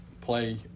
play